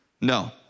No